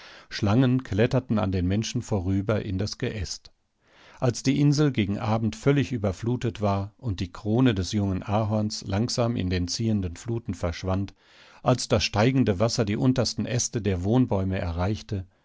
schlangen kletterten an den menschen vorüber in das geäst als die insel gegen abend völlig überflutet war und die krone des jungen ahorns langsam in den ziehenden fluten verschwand als das steigende wasser die untersten äste der wohnbäume erreichte